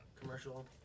commercial